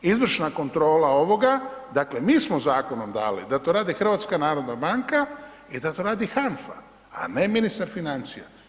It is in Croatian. Izvršna kontrola ovoga, dakle mi smo zakonom dali da to rade HNB i da to radi HANFA a ne ministar financija.